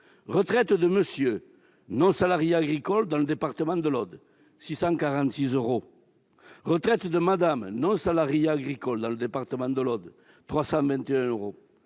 retraite de monsieur, non-salarié agricole dans le département de l'Aude, 646 euros ; retraite de madame, non-salariée agricole dans le département de l'Aude, 321 euros